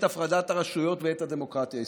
הפרדת הרשויות ואת הדמוקרטיה הישראלית.